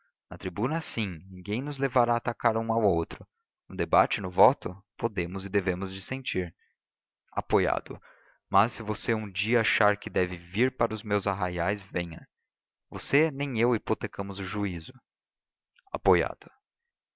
na tribuna sim ninguém nos levará a atacar um ao outro no debate e no voto podemos e devemos dissentir apoiado mas se você um dia achar que deve vir para os meus arraiais venha você nem eu hipotecamos o juízo apoiado